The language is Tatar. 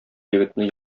егетне